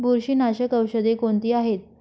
बुरशीनाशक औषधे कोणती आहेत?